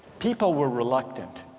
people were reluctant